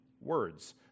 words